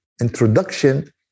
introduction